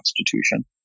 Constitution